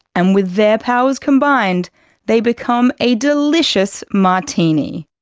and with their powers combined they become a delicious martini.